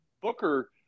Booker –